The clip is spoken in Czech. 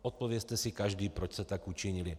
Odpovězte si každý, proč jste tak učinili.